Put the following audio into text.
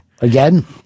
Again